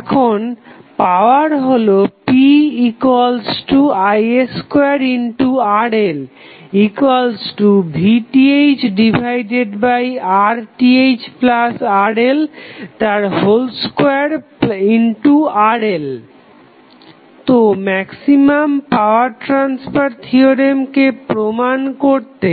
এখন পাওয়ার হলো pi2RLVThRThRL2RL তো ম্যাক্সিমাম পাওয়ার ট্রাসফার থিওরেমকে প্রমাণ করতে